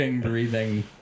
breathing